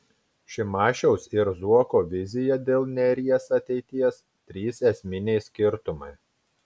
šimašiaus ir zuoko vizija dėl neries ateities trys esminiai skirtumai